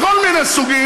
מכל מיני סוגים,